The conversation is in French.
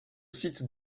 site